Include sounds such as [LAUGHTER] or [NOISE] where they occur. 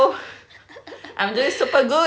[LAUGHS]